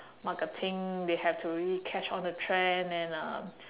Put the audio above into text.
marketing they have to really catch on the trend and uh